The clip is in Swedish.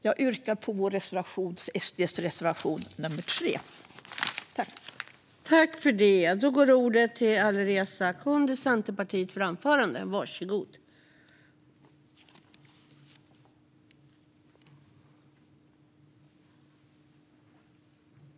Jag yrkar bifall till SD:s reservation 3.